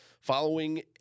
following